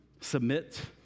submit